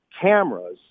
cameras